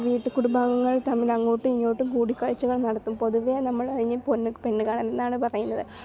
വീട്ടു കുടുംബാംഗങ്ങൾ തമ്മിൽ അങ്ങോട്ടും ഇങ്ങോട്ടും കൂടിക്കാഴ്ച്ചകൾ നടത്തും പൊതുവെ അതിന് നമ്മൾ പെണ്ണു പെണ്ണുകാണൽ എന്നാണ് പറയുന്നത്